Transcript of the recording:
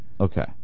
Okay